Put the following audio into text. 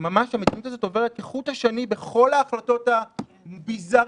המציאות הזאת עוברת כחוט השני בכל ההחלטות הביזריות